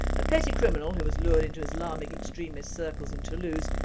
a petty criminal who was lured into islamic extremists circles in toulouse,